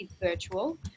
virtual